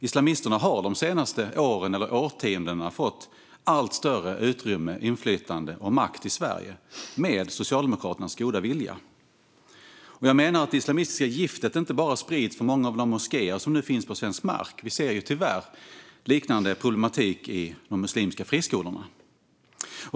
Islamisterna har de senaste åren eller årtiondena fått allt större utrymme, inflytande och makt i Sverige, med Socialdemokraternas goda vilja. Det islamistiska giftet sprids inte bara från många av de moskéer som nu finns på svensk mark, utan vi ser tyvärr liknande problematik i de muslimska friskolorna.